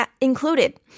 included